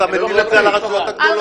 אתה מטיל את זה על הרשויות הגדולות.